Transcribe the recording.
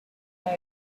had